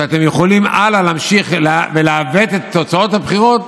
שאתם יכולים הלאה להמשיך ולעוות את תוצאות הבחירות,